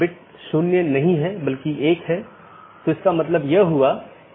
एक IBGP protocol है जो कि सब चीजों से जुड़ा हुआ है